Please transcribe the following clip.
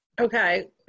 Okay